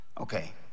Okay